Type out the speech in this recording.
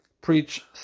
preach